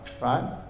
right